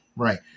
Right